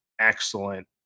excellent